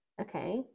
Okay